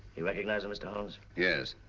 you recognize him, mr. holmes? yes.